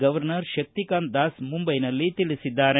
governor Shaktikanta Das ಮುಂಬೈನಲ್ಲಿ ತಿಳಿಸಿದ್ದಾರೆ